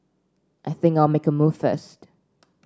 I think I'll make a move first